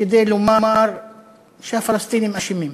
כדי לומר שהפלסטינים אשמים.